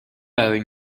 برای